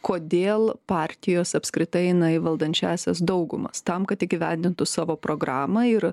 kodėl partijos apskritai eina į valdančiąsias daugumas tam kad įgyvendintų savo programą ir